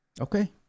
okay